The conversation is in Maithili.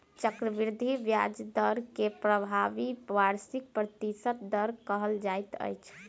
चक्रवृद्धि ब्याज दर के प्रभावी वार्षिक प्रतिशत दर कहल जाइत अछि